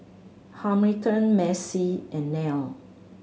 Hamilton Macey and Nell